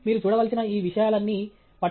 కాబట్టి మీరు చూడవలసిన ఈ విషయాలన్నీ